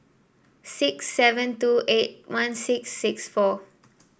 six seven two eight one six six four